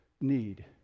need